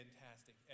fantastic